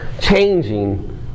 changing